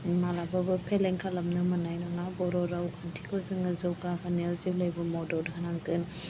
माब्लाबाबो फेलें खालामनो मोननाय नङा बर' रावखान्थिखौ जोङो जौगा होनायाव जेब्लायबो मदद होनांगोन